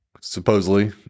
supposedly